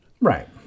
Right